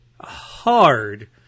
hard